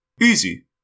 Easy